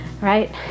right